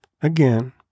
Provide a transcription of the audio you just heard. again